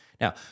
Now